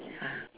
ya